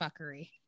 fuckery